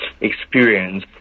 experience